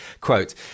Quote